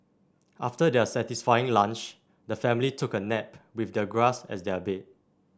after their satisfying lunch the family took a nap with the grass as their bed